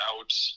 out